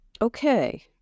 Okay